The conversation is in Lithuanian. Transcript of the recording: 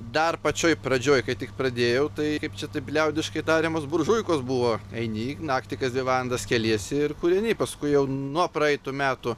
dar pačioj pradžioj kai tik pradėjau tai kaip čia taip liaudiškai tariamos buržuikos buvo eini naktį kas dvi valandas keliesi ir kūreni paskui jau nuo praeitų metų